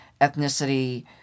ethnicity